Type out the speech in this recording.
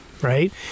Right